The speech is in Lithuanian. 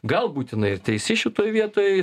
galbūt jinai ir teisi šitoj vietoj